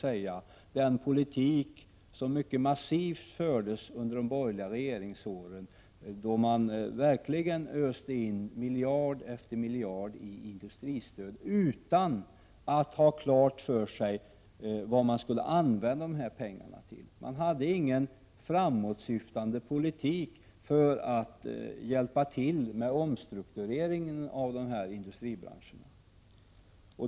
Tru 4 omg framhålla, den mycket massiva politik som fördes under de borgerliga regeringsåren, då man verkligen öste på med miljard efter miljard i industristöd utan att ha klart för sig vad pengarna skulle användas till. Man hade ingen framåtsyftande politik när det gällde att hjälpa till med omstruktureringen av de här industribranscherna.